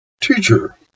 Teacher